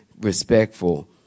respectful